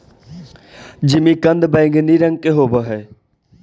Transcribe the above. जिमीकंद बैंगनी रंग का होव हई